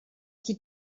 qui